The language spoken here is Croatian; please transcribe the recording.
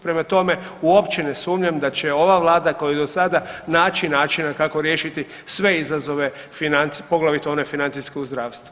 Prema tome, uopće ne sumnjam da će ova Vlada kao i do sada naći načina kako riješiti sve izazove pogotovo one financijske u zdravstvu.